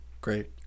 Great